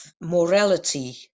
morality